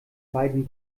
beiden